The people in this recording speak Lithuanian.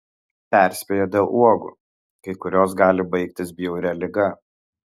perspėja dėl uogų kai kurios gali baigtis bjauria liga